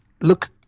look